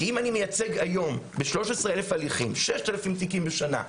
כי אם אני מייצג היום ב-13,000 הליכים 6,000 תיקים בשנה,